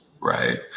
right